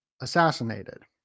assassinated